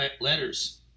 letters